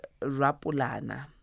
Rapulana